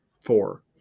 four